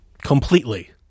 Completely